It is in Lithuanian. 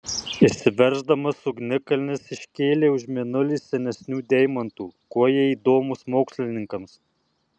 išsiverždamas ugnikalnis iškėlė už mėnulį senesnių deimantų kuo jie įdomūs mokslininkams